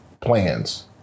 plans